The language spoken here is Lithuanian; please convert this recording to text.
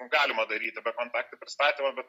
galima daryti bekontaktį pristatymą bet